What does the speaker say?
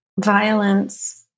violence